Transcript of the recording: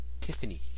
Tiffany